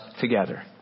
together